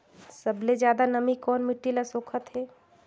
सबले ज्यादा नमी कोन मिट्टी ल सोखत हे?